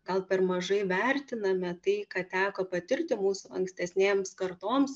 gal per mažai vertiname tai ką teko patirti mūsų ankstesnėms kartoms